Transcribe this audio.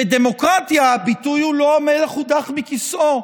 בדמוקרטיה הביטוי הוא לא המלך הודח מכיסאו,